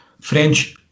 French